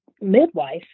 midwife